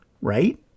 Right